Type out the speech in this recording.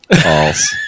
False